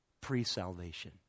Pre-salvation